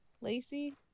Lacey